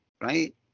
right